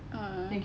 !aww!